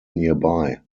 nearby